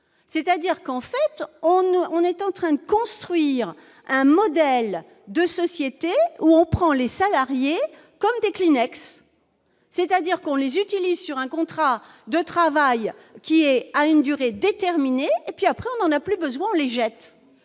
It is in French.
c'est-à-dire qu'en fait on on est en train de construire un modèle de société où on prend les salariés comme des Kleenex, c'est-à-dire qu'on les utilise sur un contrat de travail qui est à une durée déterminée, et puis après, on a plus besoin, on les jette,